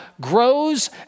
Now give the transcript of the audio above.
grows